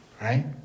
right